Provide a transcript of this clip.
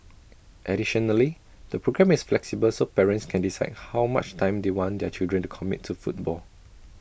additionally the programme is flexible so parents can decide how much time they want their child to commit to football